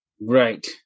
Right